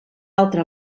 altra